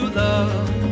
love